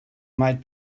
might